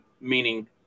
meaning